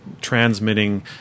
transmitting